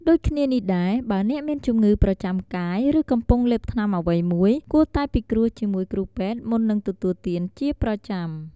ដូចគ្នានេះដែរ បើអ្នកមានជំងឺប្រចាំកាយ ឬកំពុងលេបថ្នាំអ្វីមួយ គួរតែពិគ្រោះជាមួយគ្រូពេទ្យមុននឹងទទួលទានជាប្រចាំ។